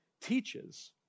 teaches